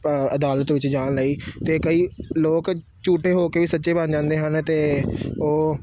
ਅਦਾਲਤ ਵਿੱਚ ਜਾਣ ਲਈ ਅਤੇ ਕਈ ਲੋਕ ਝੂਠੇ ਹੋ ਕੇ ਵੀ ਸੱਚੇ ਬਣ ਜਾਂਦੇ ਹਨ ਅਤੇ ਉਹ